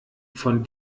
von